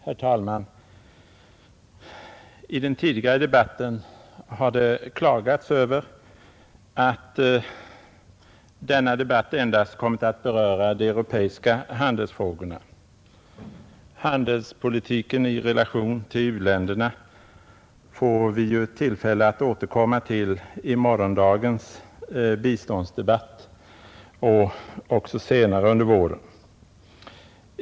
Herr talman! I den tidigare debatten har det klagats över att denna debatt endast kommit att beröra de europeiska handelsfrågorna, Handelspolitiken i relation till u-länderna får vi tillfälle att återkomma till i morgondagens biståndsdebatt och senare under våren.